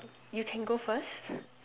you can go first